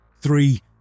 three